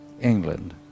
England